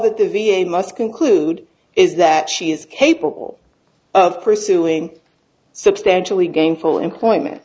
that the v a must conclude is that she is capable of pursuing substantially gainful employment